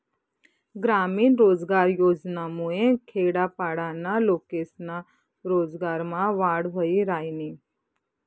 ग्रामीण रोजगार योजनामुये खेडापाडाना लोकेस्ना रोजगारमा वाढ व्हयी रायनी